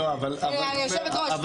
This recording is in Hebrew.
יושבת הראש,